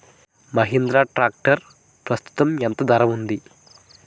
Mahindra tractor ప్రస్తుతం ఎంత ధర ఉంది?